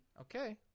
Okay